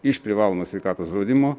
iš privalomo sveikatos draudimo